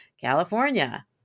California